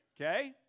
okay